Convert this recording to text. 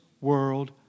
world